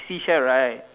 seashell right